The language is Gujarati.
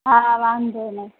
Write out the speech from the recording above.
હા વાંધો નહીં